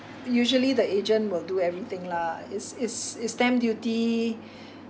usually the agent will do everything lah it's it's it's stamp duty